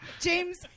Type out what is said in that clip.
James